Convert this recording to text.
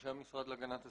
אנשי המשרד להגנת הסביבה.